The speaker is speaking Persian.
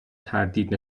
تردید